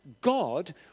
God